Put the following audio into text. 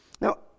Now